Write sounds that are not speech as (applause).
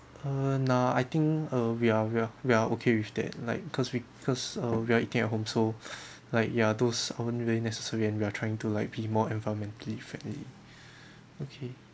err nah I think uh we are we are we are okay with that like cause we cause uh we are eating at home so (breath) like ya those necessary and we are trying to like be more environmentally friendly (breath) okay